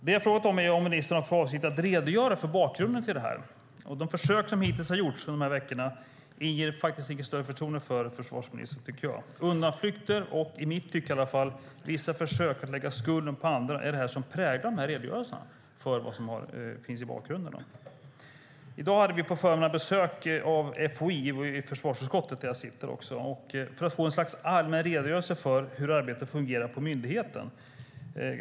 Det jag har frågat om är om ministern har för avsikt att redogöra för bakgrunden till detta. De försök som hittills har gjorts under de här veckorna inger inget större förtroende för försvarsministern, tycker jag. Det är undanflykter och, i alla fall i mitt tycke, vissa försök att lägga skulden på andra som präglar redogörelsen av vad som finns i bakgrunden. På förmiddagen i dag hade vi besök av FOI i försvarsutskottet, där jag sitter, för att få något slags allmän redogörelse för hur arbetet fungerar på myndigheten.